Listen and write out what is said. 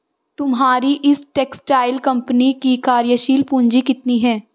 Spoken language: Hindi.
तुम्हारी इस टेक्सटाइल कम्पनी की कार्यशील पूंजी कितनी है?